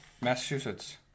Massachusetts